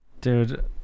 Dude